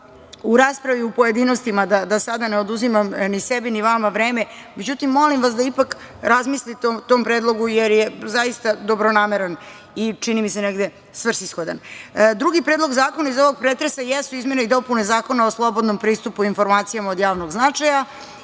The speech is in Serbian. u raspravi u pojedinostima o tome, da sada ne oduzimam ni sebi ni vama vreme. Međutim, molim vas da ipak razmislite o tom predlogu jer je zaista dobronameran i čini mi se negde svrsishodan. Drugi Predlog zakona iz ovog pretresa jesu izmene i dopune Zakona o slobodnom pristupu informacijama od javnog značaja